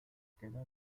queda